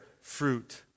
fruit